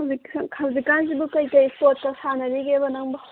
ꯍꯧꯖꯤꯛꯀꯥꯟꯁꯤꯕꯨ ꯀꯩꯀꯩ ꯏꯁꯄꯣꯔꯠꯀ ꯁꯥꯟꯅꯔꯤꯒꯦꯕ ꯅꯪꯕꯣ